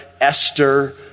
Esther